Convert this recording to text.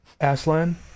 Aslan